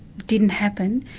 didn't happen.